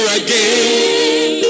again